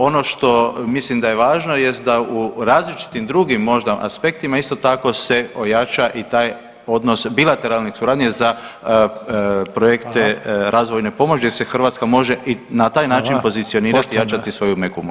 Ono što mislim da je važno jest da u različitim drugim možda aspektima isto tako se ojača i taj odnos bilateralne suradnje za projekte [[Upadica: Hvala.]] razvojne pomoći gdje se Hrvatska može i na taj način [[Upadica: Hvala.]] pozicionirati i jačati svoju meku moći.